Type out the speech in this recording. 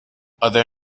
other